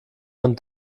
ihren